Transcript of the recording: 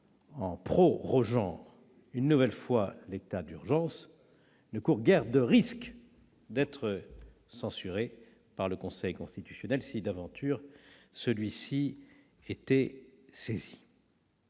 en prorogeant une nouvelle fois l'état d'urgence, ne court donc guère le risque d'être censuré par le Conseil constitutionnel, si d'aventure celui-ci était saisi.